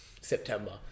September